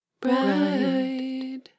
Bride